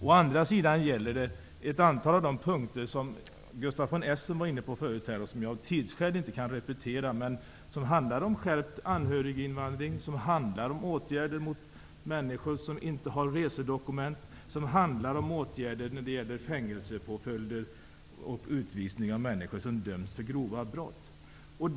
Å andra sidan gäller det ett antal av de punkter som Gustaf von Essen tidigare var inne på och som jag av tidsskäl inte kan repetera men som handlade om skärpt anhöriginvandring, åtgärder mot människor som inte har resedokument, åtgärder när det gäller fängelsepåföljder och utvisning av människor som dömts för grova brott.